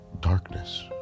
darkness